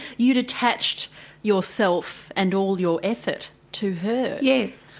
you'd attached yourself and all your effort to her. yes,